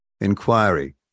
inquiry